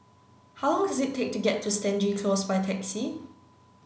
how long does it take to get to Stangee Close by taxi